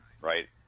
Right